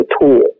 tool